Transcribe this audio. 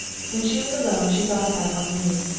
when she was alone she thought about henri.